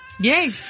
Yay